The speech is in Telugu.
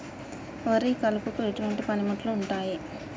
వరి కలుపుకు ఎటువంటి పనిముట్లు ఉంటాయి?